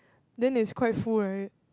then it's quite full right